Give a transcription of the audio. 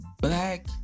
black